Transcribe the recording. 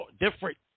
different